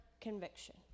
conviction